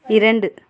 இரண்டு